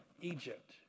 Egypt